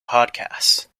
podcasts